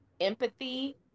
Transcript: empathy